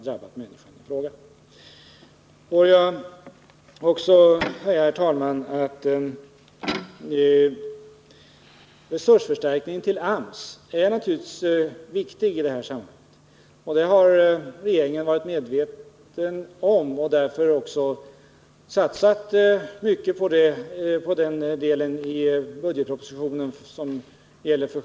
Resursförstärkningen till AMS är naturligtvis viktig i detta sammanhang. Det har regeringen varit medveten om och har därför också satsat mycket på den i budgetpropositionen för 1979/80.